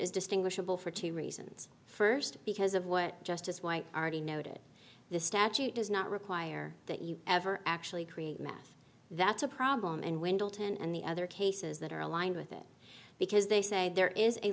is distinguishable for two reasons first because of what justice white already noted the statute does not require that you ever actually create math that's a problem and windell ten and the other cases that are aligned with it because they say there is a